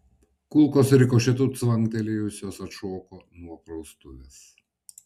kulkos rikošetu cvaktelėjusios atšoko nuo praustuvės